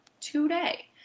today